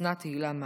אוסנת הילה מארק.